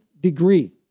degree